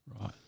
Right